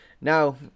Now